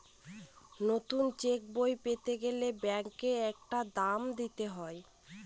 নতুন চেকবই পেতে গেলে ব্যাঙ্কে একটা দাম দিতে হয়